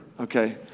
okay